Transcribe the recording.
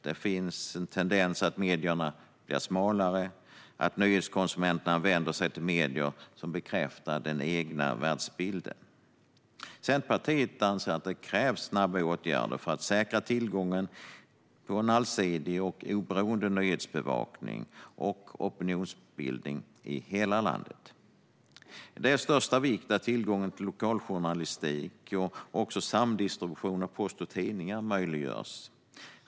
Det finns en tendens att medierna blir smalare och att nyhetskonsumenterna vänder sig till medier som bekräftar deras egen världsbild. Centerpartiet anser att det krävs snabba åtgärder för att säkra tillgången till en allsidig och oberoende nyhetsbevakning och opinionsbildning i hela landet. Det är av största vikt att tillgång till lokaljournalistik och samdistribution av post och tidningar möjliggörs.